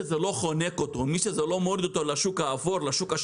שליש הם חוץ בנקאיים ושני שליש הם בנקאיים.